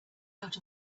out